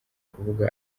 kuvuga